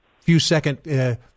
few-second